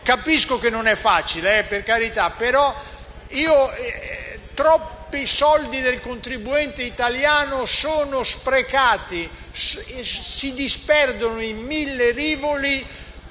capisco non sia facile, però troppi soldi del contribuente italiano sono sprecati e si disperdono in mille rivoli